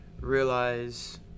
realize